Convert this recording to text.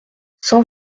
cent